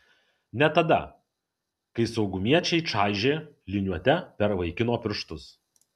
ne tada kai saugumiečiai čaižė liniuote per vaikino pirštus